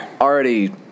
already